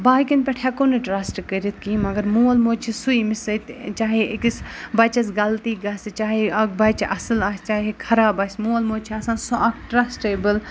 باقٕیَن پٮ۪ٹھ ہٮ۪کو نہٕ ٹرٛسٹہٕ کٔرِتھ کِہیٖنۍ مگر مول موج چھِ سُہ ییٚمِس سۭتۍ چاہے أکِس بَچَس غلطی گژھِ چاہے اَکھ بَچہِ اَصٕل آسہِ چاہے خراب آسہِ مول موج چھِ آسان سُہ اَکھ ٹرٛسٹیبٕل